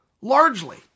Largely